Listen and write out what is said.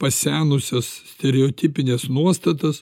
pasenusias stereotipines nuostatas